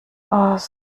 aus